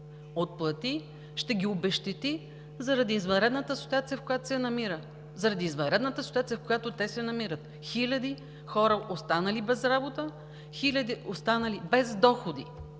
в която се намира, заради извънредната ситуация, в която те се намират – хиляди хора, останали без работа, хиляди останали без доходи.